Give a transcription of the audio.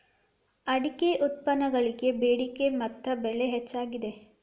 ಅಡಿಕೆ ಉತ್ಪನ್ನಗಳಿಗೆ ಬೆಡಿಕೆ ಮತ್ತ ಬೆಲೆ ಹೆಚ್ಚಾಗಿದೆ